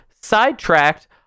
sidetracked